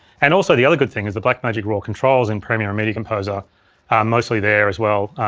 and also, the other good thing is the blackmagic raw controls in premiere and media composer are mostly there as well,